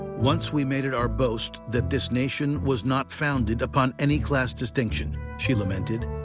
once we made it our boast that this nation was not founded upon any class distinction, she lamented.